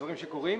דברים שקורים,